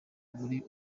muri